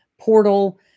portal